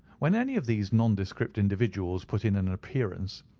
when any of these nondescript individuals put in an appearance,